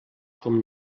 com